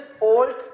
old